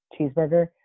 cheeseburger